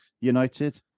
United